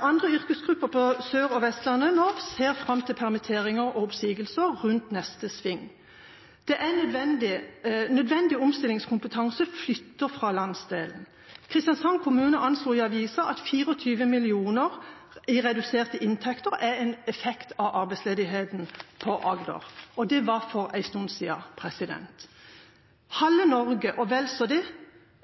Andre yrkesgrupper på Sørlandet og Vestlandet ser at det vil komme permitteringer og oppsigelser rundt neste sving. Nødvendig omstillingskompetanse flytter fra landsdelen. Kristiansand kommune anslo ifølge avisa at 24 mill. kr i reduserte inntekter er en effekt av arbeidsledigheten på Agder – det var for en stund siden. Halve Norge og vel så det